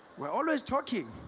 we are always talking